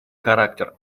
характер